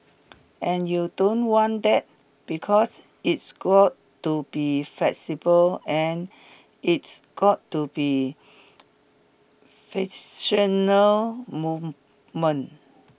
and you don't want that because it's got to be flexible and it's got to be fictional movement